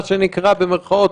מה שנקרא במירכאות,